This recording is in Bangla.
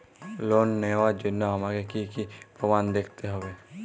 লোন নেওয়ার জন্য আমাকে কী কী প্রমাণ দেখতে হবে?